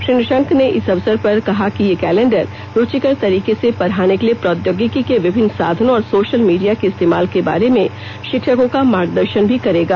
श्री निशंक ने इस अवसर पर कहा कि यह कैलेंडर रूचिकर तरीके से पढ़ाने के लिए प्रौद्योगिकी के विभिन्न साधनों और सोशल मीडिया के इस्तेमाल के बारे में शिक्षकों का मार्गदर्शन भी करेगा